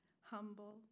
humble